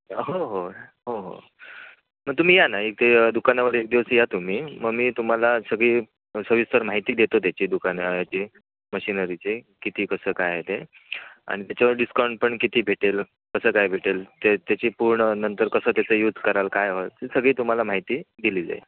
हो हो हो हो मग तुम्ही या ना इथे दुकानावर एक दिवस या तुम्ही मग मी तुमाला सगळी सविस्तर माहिती देतो त्याची दुकाना याची मशीनरीची किती कसं काय आहे ते आणि त्याच्यावर डिस्काउंट पण किती भेटेल कसं काय भेटेल ते त्याची पूर्ण नंतर कसं त्याचं यूज कराल काय व्हाल ती सगळी तुम्हाला माहिती दिली जाईल